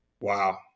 Wow